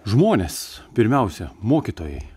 žmonės pirmiausia mokytojai